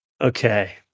Okay